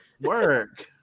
work